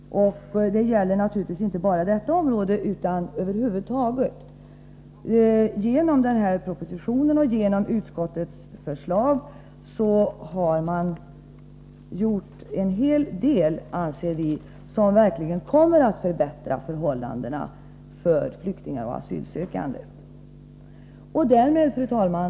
Det gäller naturligtvis inte bara detta område utan över huvud taget. Genom den här propositionen och genom utskottets förslag har man, anser vi, gjort en hel del som verkligen kommer att förbättra förhållandena för flyktingar och asylsökande. Fru talman!